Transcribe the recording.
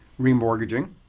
remortgaging